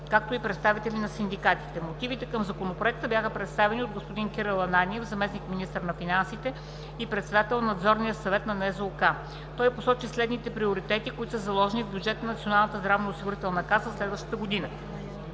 както и представители на синдикатите. Мотивите към Законопроекта бяха представени от господин Кирил Ананиев – заместник-министър на финансите и председател на Надзорния съвет на НЗОК. Той посочи следните приоритети, които са заложени в бюджета на Националната здравноосигурителна каса за следваща година: